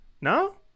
No